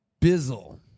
Bizzle